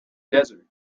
desert